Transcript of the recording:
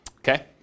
Okay